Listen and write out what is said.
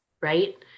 right